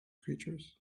creatures